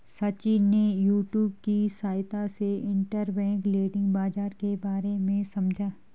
सचिन ने यूट्यूब की सहायता से इंटरबैंक लैंडिंग बाजार के बारे में समझा